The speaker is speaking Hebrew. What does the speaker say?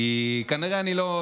כי כנראה אני לא,